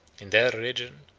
in their origin,